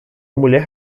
mulher